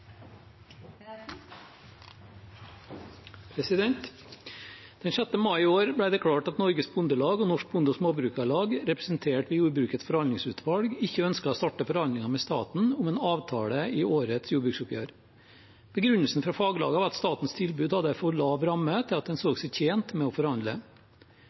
Norsk Bonde- og Småbrukarlag, representert i Jordbrukets forhandlingsutvalg, ikke ønsket å starte forhandlinger med staten om en avtale i årets jordbruksoppgjør. Begrunnelsen fra faglagene var at statens tilbud hadde en for lav ramme til at en så seg tjent med å forhandle.